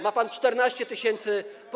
Ma pan ich 14 tys.